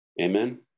Amen